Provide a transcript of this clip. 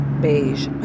beige